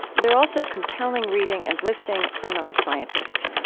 they're also compelling reading and listening for non-scientists.